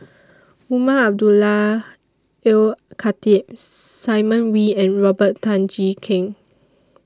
Umar Abdullah Al Khatib Simon Wee and Robert Tan Jee Keng